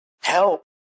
Help